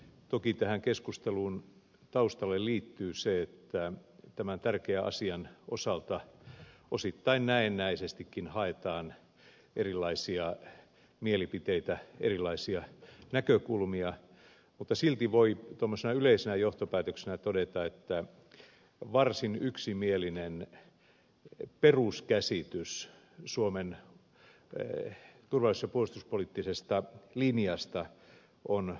toki tähän keskustelun taustaan liittyy se että tämän tärkeän asian osalta osittain näennäisestikin haetaan erilaisia mielipiteitä erilaisia näkökulmia mutta silti voi tuommoisena yleisenä johtopäätöksenä todeta että varsin yksimielinen peruskäsitys suomen turvallisuus ja puolustuspoliittisesta linjasta on olemassa